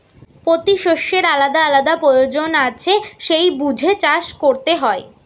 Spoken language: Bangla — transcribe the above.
পোতি শষ্যের আলাদা আলাদা পয়োজন আছে সেই বুঝে চাষ কোরতে হয়